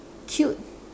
cute